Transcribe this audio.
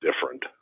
different